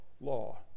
law